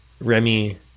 Remy